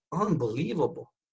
unbelievable